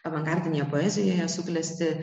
avangardinėje poezijoje suklesti